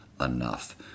enough